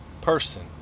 person